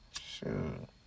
Shoot